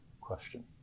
question